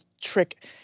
trick